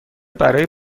برای